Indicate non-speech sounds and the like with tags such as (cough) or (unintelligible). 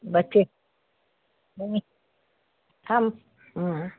بچے (unintelligible) ہم ہوں